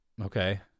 Okay